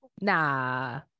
nah